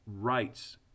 rights